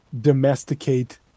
domesticate